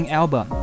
album